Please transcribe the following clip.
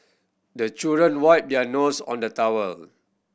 the children wipe their nose on the towel